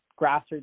grassroots